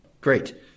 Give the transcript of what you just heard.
Great